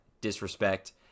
disrespect